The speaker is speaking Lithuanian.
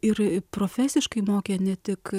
ir profesiškai mokė ne tik